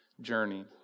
journey